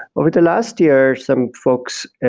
over the last year, some folks,